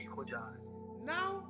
Now